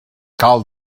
cal